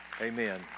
Amen